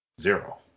Zero